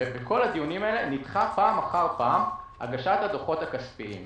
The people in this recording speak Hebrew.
ובכל הדיונים האלה נדחתה פעם אחר פעם הגשת הדוחות הכספיים.